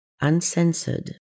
uncensored